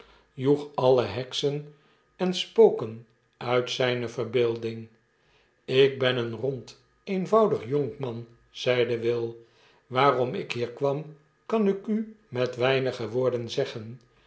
joeg alle heksen en spoken uit zjjne verbeelding lk ben een rond eenvoudig jonkman zeide will waarom ik hier kwam kan ik u met weinige woorden zeggen